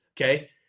Okay